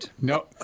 No